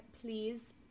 please